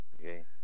okay